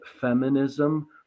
feminism